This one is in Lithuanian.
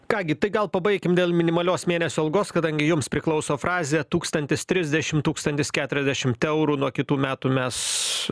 ką gi tai gal pabaikim dėl minimalios mėnesio algos kadangi jums priklauso frazė tūkstantis trisdešimt tūkstantis keturiasdešimt eurų nuo kitų metų mes